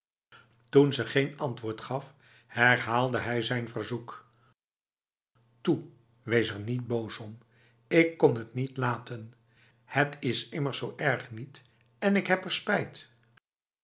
toen ze geen antwoord gaf herhaalde hij zijn verzoek toe wees er niet boos om ik kon het niet laten het is immers zo erg niet en ik heb er spijtb